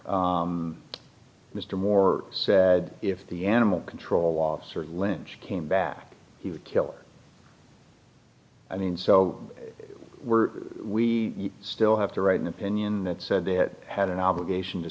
mr moore said if the animal control officer lynch came back he would kill i mean so we're we still have to write an opinion that said it had an obligation to